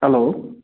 hello